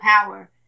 power